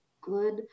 good